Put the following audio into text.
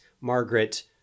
Margaret